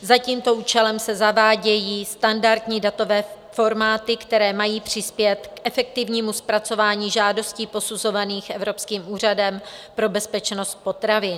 Za tímto účelem se zavádějí standardní datové formáty, které mají přispět k efektivnímu zpracování žádostí posuzovaných Evropským úřadem pro bezpečnost potravin.